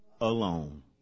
alone